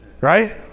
right